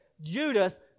Judas